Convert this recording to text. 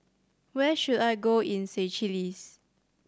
where should I go in Seychelles